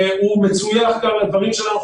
והוא מצוי"ח גם על הדברים שלנו,